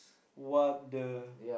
what the